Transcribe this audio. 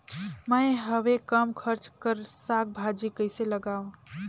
मैं हवे कम खर्च कर साग भाजी कइसे लगाव?